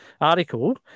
article